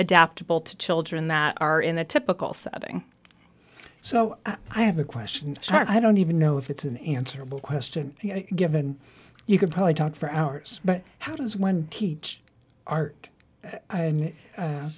adaptable to children that are in a typical setting so i have a question short i don't even know if it's an answer one question given you could probably talk for hours but how does one teach art